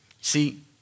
See